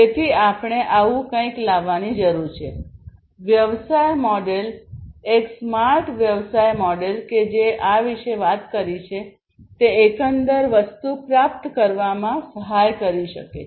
તેથી આપણે આવું કંઈક લાવવાની જરૂર છેવ્યવસાય મોડેલ એક સ્માર્ટ વ્યવસાય મોડેલ કે જે આ વિશે વાત કરી છે તે એકંદર વસ્તુ પ્રાપ્ત કરવામાં સહાય કરી શકે છે